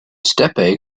steppe